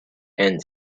and